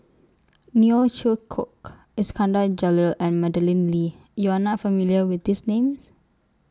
Neo Chwee Kok Iskandar Jalil and Madeleine Lee YOU Are not familiar with These Names